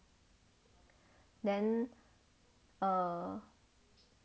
then err